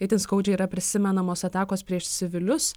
itin skaudžiai yra prisimenamos atakos prieš civilius